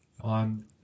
On